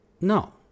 No